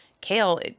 kale